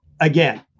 again